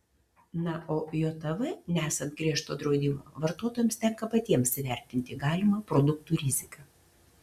na o jav nesant griežto draudimo vartotojams tenka patiems įvertinti galimą produktų riziką